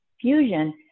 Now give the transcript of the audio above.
fusion